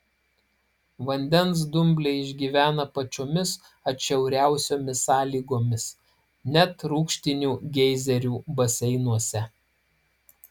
vandens dumbliai išgyvena pačiomis atšiauriausiomis sąlygomis net rūgštinių geizerių baseinuose